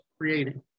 creating